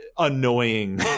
annoying